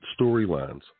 storylines